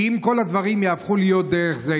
כי אם כל הדברים יהפכו להיות דרך זה,